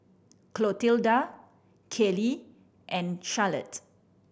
Clotilda Kayley and Charlotte